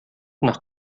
nach